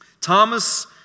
Thomas